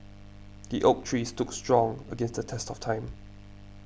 the oak tree stood strong against the test of time